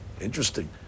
Interesting